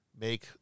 make